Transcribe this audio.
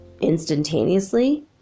instantaneously